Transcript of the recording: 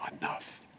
Enough